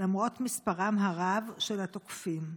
למרות מספרם הרב של התוקפים?